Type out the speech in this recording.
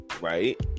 right